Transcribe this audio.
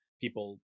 people